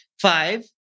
Five